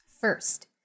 First